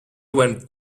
went